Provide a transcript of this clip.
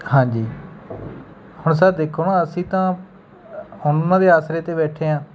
ਹਾਂਜੀ ਹੁਣ ਸਰ ਦੇਖੋ ਨਾ ਅਸੀਂ ਤਾਂ ਹੁਣ ਉਹਨਾਂ ਦੇ ਆਸਰੇ 'ਤੇ ਬੈਠੇ ਹਾਂ